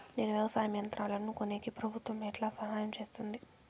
నేను వ్యవసాయం యంత్రాలను కొనేకి ప్రభుత్వ ఎట్లా సహాయం చేస్తుంది?